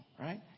right